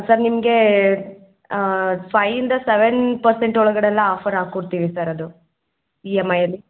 sir ನಿಮಗೆ ಫೈಯಿಂದ seven percent ಒಳಗಡೆ ಎಲ್ಲ ಆಫರ್ ಹಾಕ್ಕೊಡ್ತೀವಿ ಸರ್ ಅದು ಇ ಎಮ್ ಐಯಲ್ಲಿ